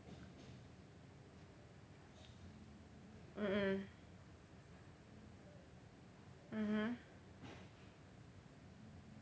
mm mmhmm